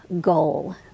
goal